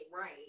right